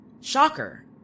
Shocker